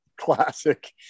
classic